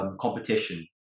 competition